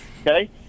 okay